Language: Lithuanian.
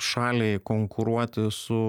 šaliai konkuruoti su